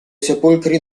sepolcri